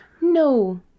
no